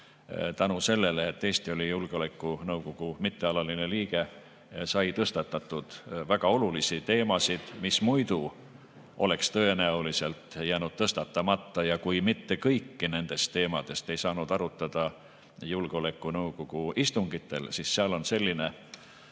Tänu sellele, et Eesti oli julgeolekunõukogu mittealaline liige, sai tõstatatud väga olulisi teemasid, mis muidu oleks tõenäoliselt jäänud tõstatamata. Ja kui mitte kõiki nendest teemadest ei saanud arutada julgeolekunõukogu istungitel, siis seal on selline